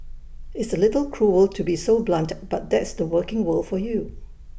it's A little cruel to be so blunt but that's the working world for you